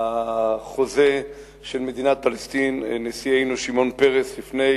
החוזה של מדינת פלסטין, נשיאנו שמעון פרס, לפני